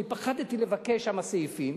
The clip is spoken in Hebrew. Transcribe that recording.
אני פחדתי לבקש שם סעיפים.